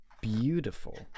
beautiful